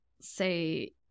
say